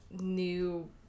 new